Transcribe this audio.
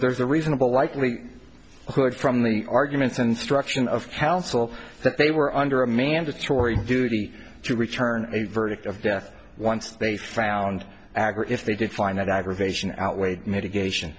there's a reasonable likely from the arguments instruction of counsel that they were under a mandatory duty to return a verdict of death once they found agger if they did find that aggravation outweight mitigation